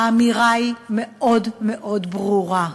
האמירה היא מאוד מאוד ברורה: